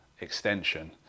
extension